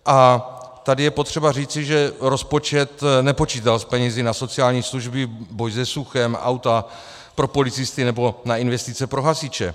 A tady je potřeba říci, že rozpočet nepočítal s penězi na sociální služby, boj se suchem, auta pro policisty nebo na investice pro hasiče.